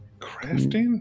Crafting